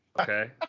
Okay